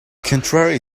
contrary